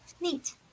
Neat